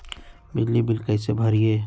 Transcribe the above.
बिजली बिल कैसे भरिए?